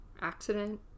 accident